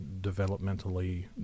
developmentally